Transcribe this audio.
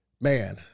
man